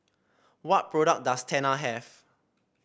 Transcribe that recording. what product does Tena have